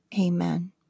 amen